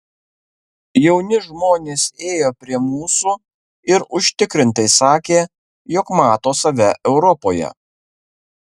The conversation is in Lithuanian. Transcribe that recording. jauni žmonės ėjo prie mūsų ir užtikrintai sakė jog mato save europoje